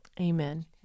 Amen